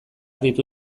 ditu